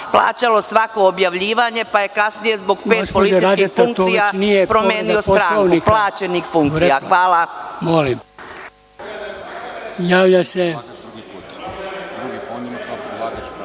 plaćalo svako objavljivanje, pa je kasnije zbog pet političkih funkcija promenio stranku, plaćenih funkcija.